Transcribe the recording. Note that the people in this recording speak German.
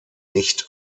nicht